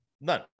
None